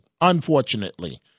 Unfortunately